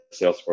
Salesforce